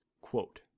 Quote